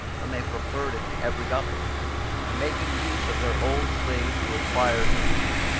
when they preferred it to every other and making use of their old slaves to acquire new ones,